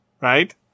right